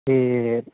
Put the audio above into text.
ఈ